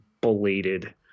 belated